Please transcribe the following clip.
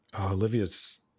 Olivia's